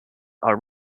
are